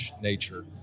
nature